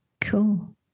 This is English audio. cool